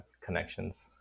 connections